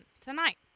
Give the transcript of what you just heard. tonight